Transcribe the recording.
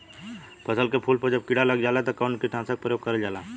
सरसो के फूल पर जब किड़ा लग जाला त कवन कीटनाशक क प्रयोग करल जाला?